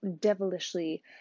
devilishly